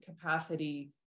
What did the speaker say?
capacity